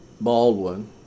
Baldwin